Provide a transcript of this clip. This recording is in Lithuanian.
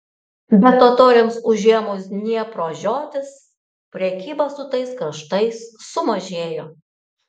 bet totoriams užėmus dniepro žiotis prekyba su tais kraštais sumažėjo